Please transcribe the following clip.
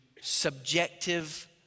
subjective